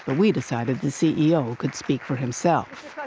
but we decided the ceo could speak for himself.